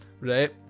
right